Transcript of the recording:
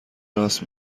راست